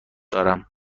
دارم